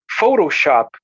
photoshop